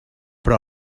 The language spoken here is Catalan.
però